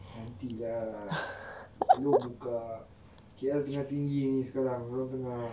nanti lah belum buka K_L tengah tinggi sekarang belum dengar